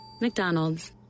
McDonald's